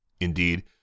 Indeed